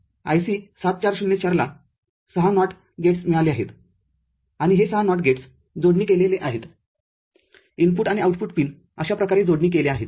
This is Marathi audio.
तर IC ७४०४ ला ६ नॉटगेट्स मिळाले आहेत आणि हे ६ नॉटगेट्स जोडणी केले आहेत इनपुट आणि आउटपुटपिन अशा प्रकारे जोडणी केल्या आहेत